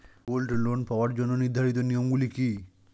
Gold loan পাওয়ার জন্য নির্ধারিত নিয়ম গুলি কি?